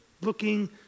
looking